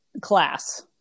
class